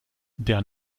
der